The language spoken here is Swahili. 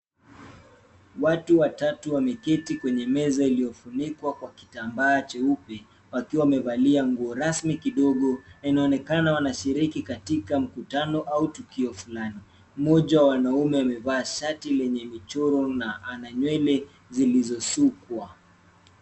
Watu watatu wameketi kwenye meza iliyofunikwa kwa kitambaa cheupe wakiwa wamevalia nguo rasmi kidogo. Inaonekana wanashiriki katika mkutano au tukio fulani. Mmoja wa wanaume amevaa shati lenye michoro na ana nywele zilizosukwa.